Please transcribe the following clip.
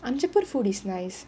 Anjappar food is nice